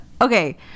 okay